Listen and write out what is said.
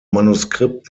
manuskript